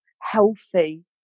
healthy